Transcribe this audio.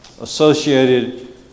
associated